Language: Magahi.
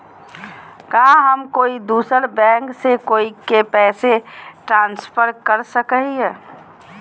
का हम कोई दूसर बैंक से कोई के पैसे ट्रांसफर कर सको हियै?